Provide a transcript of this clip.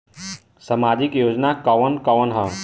सामाजिक योजना कवन कवन ह?